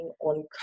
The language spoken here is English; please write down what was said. on